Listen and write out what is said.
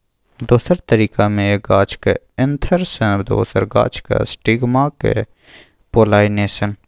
दोसर तरीका मे एक गाछक एन्थर सँ दोसर गाछक स्टिगमाक पोलाइनेशन